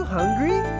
Hungry